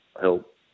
help